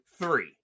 three